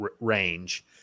range